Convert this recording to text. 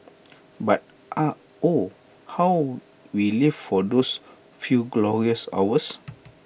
but oh how we lived for those few glorious hours